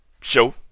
show